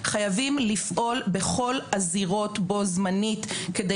חייבים לפעול בכל הזירות בו זמנית כדי